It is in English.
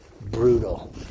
brutal